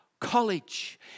College